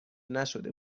نشده